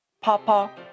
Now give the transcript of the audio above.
Papa